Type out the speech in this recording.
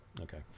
Okay